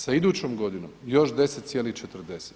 Sa idućom godinom još 10,40.